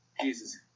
Jesus